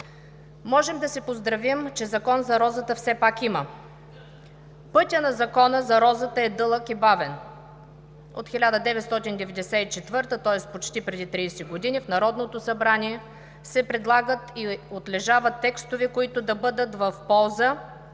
Можем да се поздравим, че Закон за розата все пак има. Пътят на Закона за розата е дълъг и бавен. От 1994 г., тоест почти преди 30 години, в Народното събрание се предлагат и отлежават текстове, които да бъдат в полза